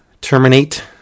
terminate